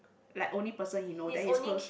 like only person he know then he's close